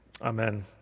Amen